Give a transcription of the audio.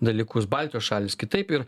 dalykus baltijos šalys kitaip ir